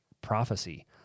prophecy